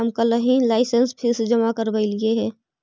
हम कलहही licence fee जमा करयलियइ हे